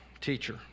teacher